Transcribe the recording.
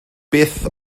beth